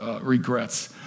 regrets